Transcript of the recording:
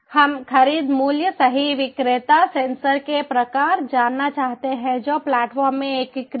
हम खरीद मूल्य सही विक्रेता सेंसर के प्रकार जानना चाहते हैं जो प्लेटफ़ॉर्म में एकीकृत हैं